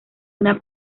una